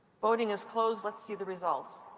voting is closed. let's see the results.